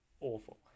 awful